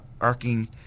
arcing